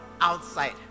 outside